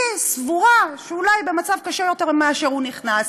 אני סבורה שאולי במצב קשה יותר מאשר המצב כשהוא נכנס.